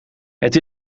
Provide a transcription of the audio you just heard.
het